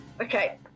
Okay